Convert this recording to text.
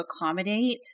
accommodate